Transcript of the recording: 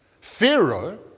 Pharaoh